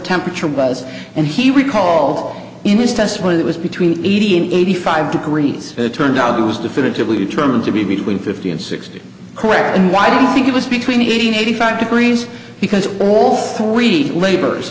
temperature was and he recall in this test when it was between eighty and eighty five degrees it turned out it was definitively determined to be between fifty and sixty correct and why do you think it was between eighty and eighty five degrees because all three labors